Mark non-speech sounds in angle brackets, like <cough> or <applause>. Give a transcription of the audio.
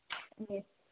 <unintelligible>